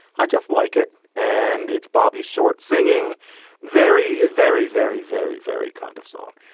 i just like it and it's bobby short singing very very very very very kind of song.